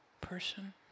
person